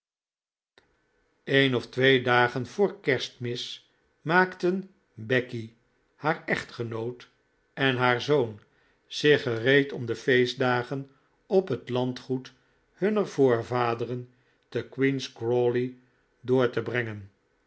een of twee dagen voor kerstmis maakten becky haar echtgenoot en haar zoon zich gereed om de feestdagen op het landgoed hunner voorvaderen te queen's crawley door te brengen